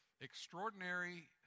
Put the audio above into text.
Extraordinary